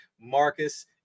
Marcus